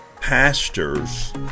Pastors